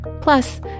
Plus